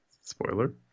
Spoiler